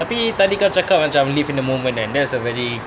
tapi tadi kau cakap macam live in the moment kan that's a very